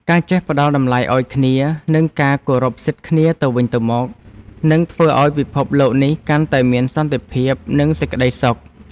ការចេះផ្ដល់តម្លៃឱ្យគ្នា និងការគោរពសិទ្ធិគ្នាទៅវិញទៅមក នឹងធ្វើឱ្យពិភពលោកនេះកាន់តែមានសន្តិភាព និងសេចក្តីសុខ។